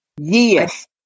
Yes